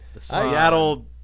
Seattle